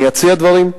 אני אציע דברים.